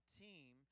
team